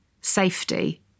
safety